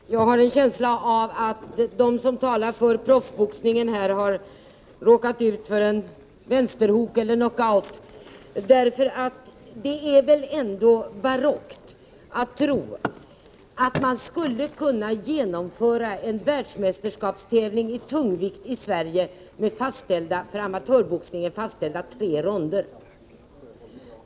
Fru talman! Jag har en känsla av att de som talar för proffsboxningen har råkat ut för en vänsterhook eller knockout. Det är väl ändå barockt att tro att man skulle kunna genomföra en världsmästerskapsmatch i tungvikt i Sverige med för amatörboxningen fastställda tre ronder.